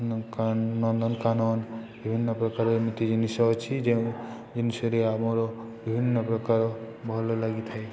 ନନ୍ଦକା ନନ୍ଦନକାନନ ବିଭିନ୍ନ ପ୍ରକାର ଏମିତି ଜିନିଷ ଅଛି ଯେଉଁ ଜିନିଷରେ ଆମର ବିଭିନ୍ନ ପ୍ରକାର ଭଲ ଲାଗିଥାଏ